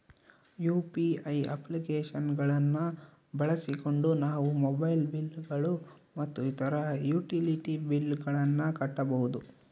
UPI application ಗಳನ್ನ ಬಳಸಿಕೊಂಡು ನಾವು ಮೊಬೈಲ್ ಬಿಲ್ ಗಳು ಮತ್ತು ಇತರ ಯುಟಿಲಿಟಿ ಬಿಲ್ ಗಳನ್ನ ಕಟ್ಟಬಹುದು